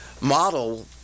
model